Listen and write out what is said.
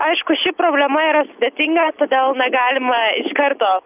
aišku ši problema yra sudėtinga todėl negalima iš karto